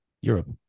Europe